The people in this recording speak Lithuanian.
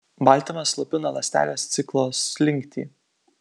baltymas slopina ląstelės ciklo slinktį